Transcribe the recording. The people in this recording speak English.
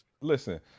Listen